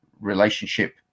relationship